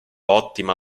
ottima